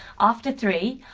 after three.